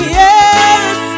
yes